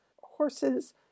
horses